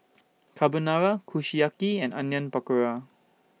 Carbonara Kushiyaki and Onion Pakora